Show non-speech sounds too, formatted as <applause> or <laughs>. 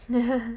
<laughs>